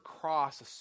cross